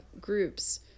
groups